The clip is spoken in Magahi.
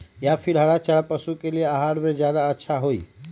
या फिर हरा चारा पशु के आहार में ज्यादा अच्छा होई?